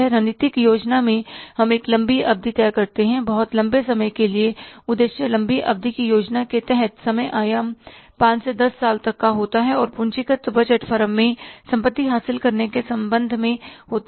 रणनीतिक योजना में हम एक लंबी अवधि तय करते हैं बहुत लंबे समय के लिए उद्देश्य लंबी अवधि की योजना के तहत समय आयाम पांच से दस साल तक होता है और पूंजीगत बजट फर्म में संपत्ति हासिल करने के संबंध में होते हैं